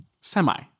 Semi